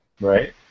Right